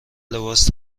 لباس